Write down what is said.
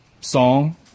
song